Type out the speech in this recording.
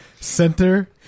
center